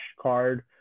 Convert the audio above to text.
card